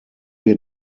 wir